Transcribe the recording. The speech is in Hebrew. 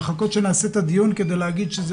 לחכות שנעשה את הדיון כדי להגיד שזה